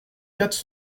quatre